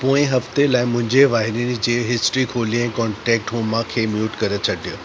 पोए हफ़्ते लाइ मुंहिंजे वहिंवारनि जी हिस्ट्री खोलियो ऐं कॉन्टेक्ट हुमा खे म्यूट करे छॾियो